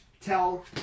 Tell